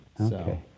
Okay